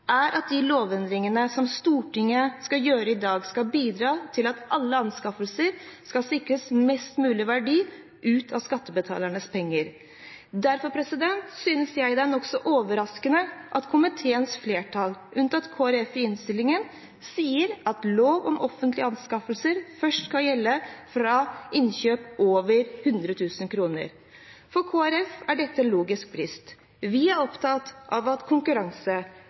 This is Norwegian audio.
er at de lovendringene som Stortinget skal gjøre i dag, skal bidra til at alle anskaffelser sikrer mest mulig verdi ut av skattebetalernes penger. Derfor synes jeg det er nokså overraskende at komiteens flertall, alle unntatt Kristelig Folkeparti, i innstillingen sier at lov om offentlige anskaffelser først skal gjelde fra innkjøp over 100 000 kr. For Kristelig Folkeparti er dette en logisk brist. Vi er opptatt av at konkurranse,